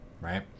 right